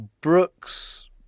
Brooks